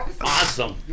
Awesome